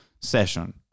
session